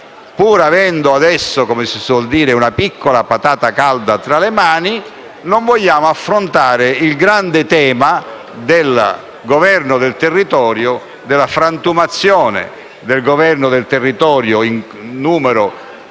pur avendo adesso una piccola "patata calda" tra le mani, non vogliamo affrontare il grande tema del governo del territorio, della frantumazione del governo del territorio in un numero